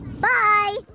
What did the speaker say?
bye